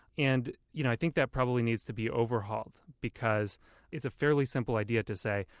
and you know, i think that probably needs to be overhauled because it's a fairly simple idea to say,